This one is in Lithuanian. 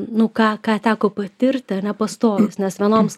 nu ką ką teko patirti ar ne pastojus nes vienoms